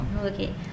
Okay